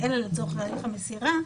אלא לצורך הליך המסירה,